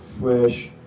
fresh